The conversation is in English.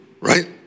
right